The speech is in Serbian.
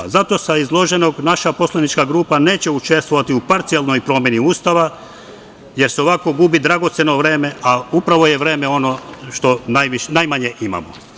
Zato sa izloženog, naša poslanička grupa neće učestvovati u parcijalnoj promeni Ustava, jer se ovako gubi dragoceno vreme, a upravo je vreme ono što najmanje imamo.